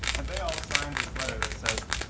and they all signed this letter that says,